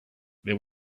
there